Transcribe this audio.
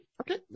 Okay